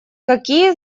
какие